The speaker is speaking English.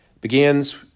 begins